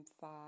five